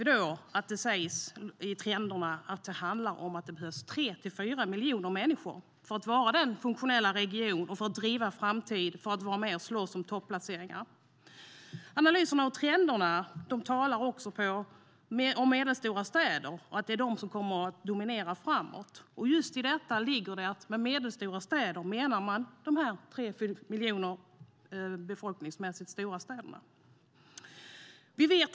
Det är det som krävs för att vara en funktionell region, driva framtiden och vara med och slåss om topplaceringar. Analyserna av trenderna talar också om medelstora städer och att det är de som kommer att dominera framåt. Med medelstora städer menar man just städer med en befolkning på tre till fyra miljoner människor.